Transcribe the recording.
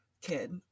kid